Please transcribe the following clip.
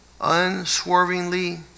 unswervingly